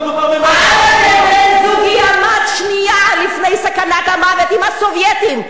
אבא של בן-זוגי עמד שנייה לפני סכנת המוות עם הסובייטים,